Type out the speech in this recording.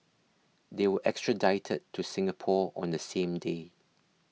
they were extradited to Singapore on the same day